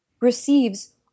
receives